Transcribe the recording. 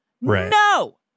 No